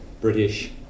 British